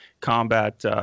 combat